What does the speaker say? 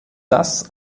das